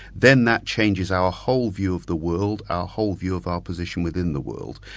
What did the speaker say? then that changes our whole view of the world, our whole view of our position within the world.